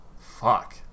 fuck